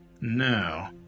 No